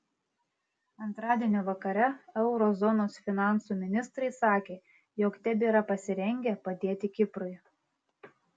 antradienio vakare euro zonos finansų ministrai sakė jog tebėra pasirengę padėti kiprui